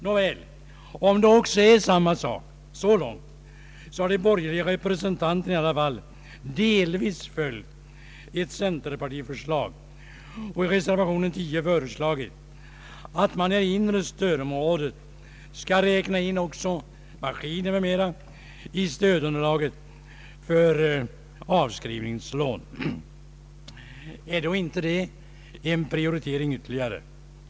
Nåväl, om det också är samma sak så långt, så har de borgerliga representanterna i alla fall delvis följt ett centerpartiförslag och i reservation 10 föreslagit att man i det inre stödområdet skall räkna in också maskiner m.m. i stödunderlaget för avskrivningslån. Är då inte det ytterligare en prioritering?